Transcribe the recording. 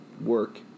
work